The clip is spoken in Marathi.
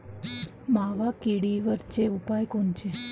मावा किडीवरचे उपाव कोनचे?